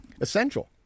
essential